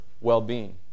well-being